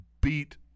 beat